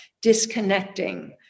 disconnecting